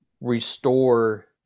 restore